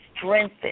strengthened